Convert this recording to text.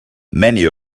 many